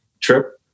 trip